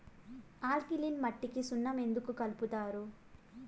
alkaline మట్టికి సున్నం ఎందుకు కలుపుతారు